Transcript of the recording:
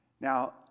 Now